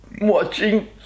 watching